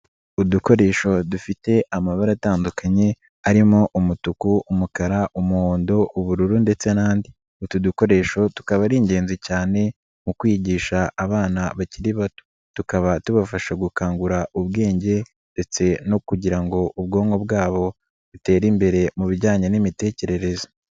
Udukoresho dufite amabara atandukanye arimo: umutuku, umukara, umuhondo, ubururu ndetse n'andi, utu dukoresho tukaba ari ingenzi cyane mu kwigisha abana bakiri bato, tukaba tubafasha gukangura ubwenge ndetse no kugira ngo ubwonko bwabo butere imbere mu bijyanye n'imitekerereze.